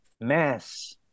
mass